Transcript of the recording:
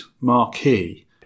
marquee